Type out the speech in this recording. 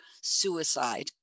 suicide